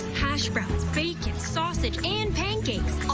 hash browns, bacon, sausage and pancakes.